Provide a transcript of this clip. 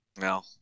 No